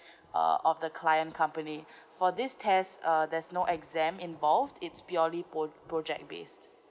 uh of the client company for this test uh there's no exam involved it's purely pro~ project based